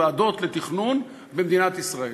ועדות לתכנון במדינת ישראל.